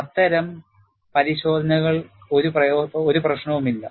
അത്തരം പരിശോധനകൾ ഒരു പ്രശ്നവുമില്ല